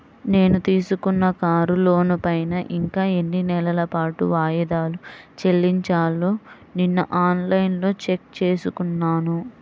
నేను తీసుకున్న కారు లోనుపైన ఇంకా ఎన్ని నెలల పాటు వాయిదాలు చెల్లించాలో నిన్నఆన్ లైన్లో చెక్ చేసుకున్నాను